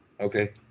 okay